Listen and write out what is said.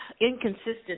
inconsistent